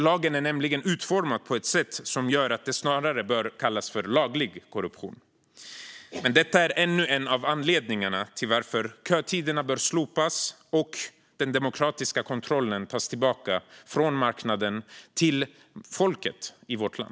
Lagen är nämligen utformad på ett sätt som gör att det snarare bör kallas laglig korruption. Detta är ännu en anledning till att kötiderna bör slopas och den demokratiska kontrollen över skolan tas tillbaka från marknaden till folket i vårt land.